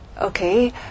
Okay